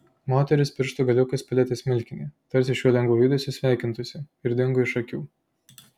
moteris pirštų galiukais palietė smilkinį tarsi šiuo lengvu judesiu sveikintųsi ir dingo iš akių